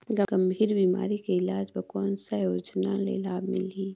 गंभीर बीमारी के इलाज बर कौन सा योजना ले लाभ मिलही?